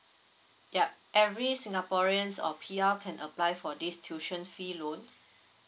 yup every singaporean or P_R can apply for this tuition fee loan